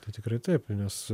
tai tikrai taip nes